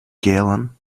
galen